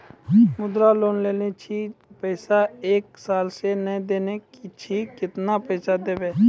मुद्रा लोन लेने छी पैसा एक साल से ने देने छी केतना पैसा देब?